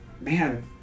man